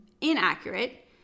inaccurate